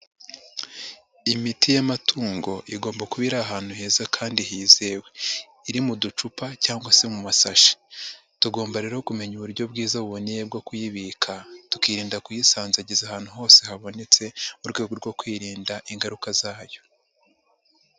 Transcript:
Imiti y'amatungo igomba kuba iri ahantu heza kandi hizewe. Iri mu ducupa cyangwa se mu masashi. Tugomba rero kumenya uburyo bwiza buboneye bwo kuyibika, tukirinda kuyisanzagiza ahantu hose habonetse mu rwego rwo kwirinda ingaruka zayo.